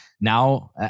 Now